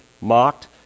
mocked